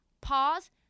Pause